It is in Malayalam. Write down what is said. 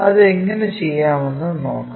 അത് എങ്ങനെ ചെയ്യാമെന്ന് നോക്കാം